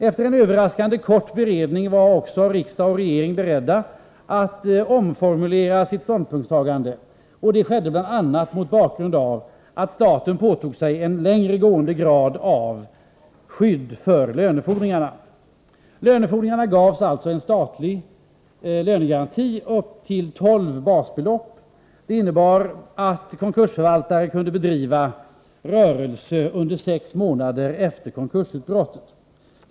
Efter en överraskande kort beredning var också riksdag och regering beredda att omformulera sitt ståndpunktstagande. Det skedde bl.a. mot bakgrund av att staten påtog sig en högre grad av skydd för lönefordringarna. Lönefordringarna gavs alltså en statlig lönegaranti upp till tolv basbelopp. Det innebar att konkursförvaltare kunde bedriva rörelse under sex månader efter konkursutbrottet.